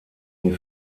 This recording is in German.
die